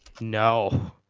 No